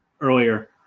earlier